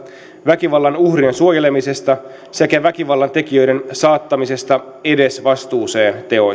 väkivallan uhrien suojelemisesta sekä väkivallan tekijöiden saattamisesta edesvastuuseen teoistaan